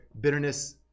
Bitterness